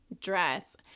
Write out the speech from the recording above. dress